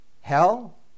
hell